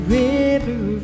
river